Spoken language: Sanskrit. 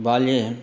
बाल्ये